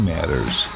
Matters